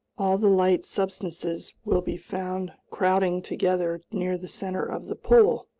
all the light substances will be found crowding together near the center of the pool,